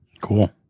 Cool